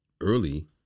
early